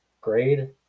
Grade